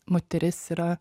moteris yra